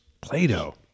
Play-Doh